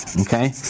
okay